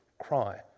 cry